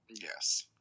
Yes